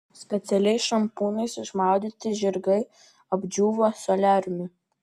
specialiais šampūnais išmaudyti žirgai apdžiūva soliariume